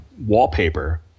wallpaper